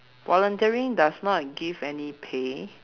volunteering does not give any pay